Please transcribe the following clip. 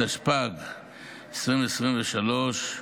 התשפ"ג 2023,